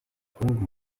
хөрөнгө